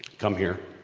come here,